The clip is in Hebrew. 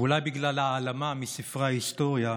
ואולי בגלל ההעלמה מספרי ההיסטוריה,